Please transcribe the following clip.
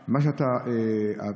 אבל מה שאתה אמרת,